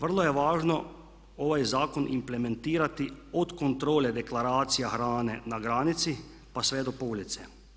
Vrlo je važno ovaj zakon implementirati od kontrole deklaracija hrane na granici pa sve do police.